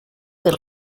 del